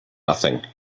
nothing